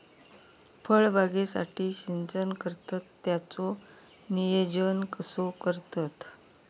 फळबागेसाठी सिंचन करतत त्याचो नियोजन कसो करतत?